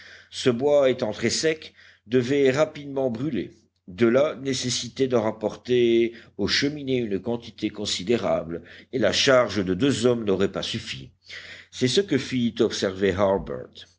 ce bois étant très sec devait rapidement brûler de là nécessité d'en rapporter aux cheminées une quantité considérable et la charge de deux hommes n'aurait pas suffi c'est ce que fit observer